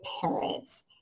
parents